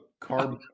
carbon